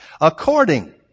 According